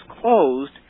closed